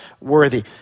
worthy